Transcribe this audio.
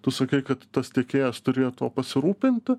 tu sakei kad tas tiekėjas turėjo tuo pasirūpinti